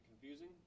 confusing